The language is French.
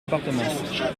appartements